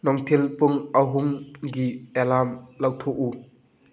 ꯅꯨꯡꯊꯤꯜ ꯄꯨꯡ ꯑꯍꯨꯝꯒꯤ ꯑꯦꯂꯥꯔꯝ ꯂꯧꯊꯣꯛꯎ